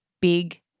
big